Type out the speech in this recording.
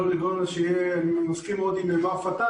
אני מסכים עם מר פתאל,